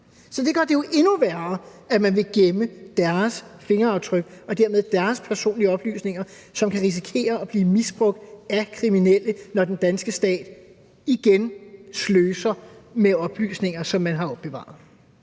Det gør det jo endnu værre, at man vil gemme deres fingeraftryk og dermed deres personlige oplysninger, som kan risikere at blive misbrugt af kriminelle, når den danske stat igen sløser med oplysninger, som man har opbevaret.